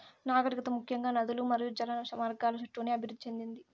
నాగరికత ముఖ్యంగా నదులు మరియు జల మార్గాల చుట్టూనే అభివృద్ది చెందింది